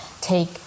take